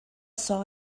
saw